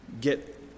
get